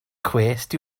cwest